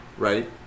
Right